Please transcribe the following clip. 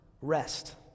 rest